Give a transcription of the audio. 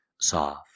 soft